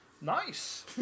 Nice